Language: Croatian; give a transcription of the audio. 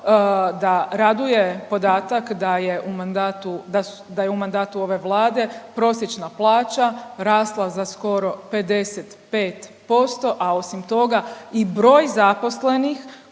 da raduje podatak da je u mandatu ove Vlade prosječna plaća rasla za skoro 55%, a osim toga i broj zaposlenih